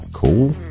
Cool